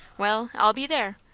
well, i'll be there.